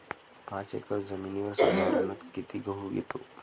पाच एकर जमिनीवर साधारणत: किती गहू येतो?